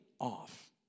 off